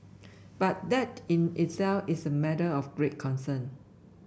but that in itself is a matter of great concern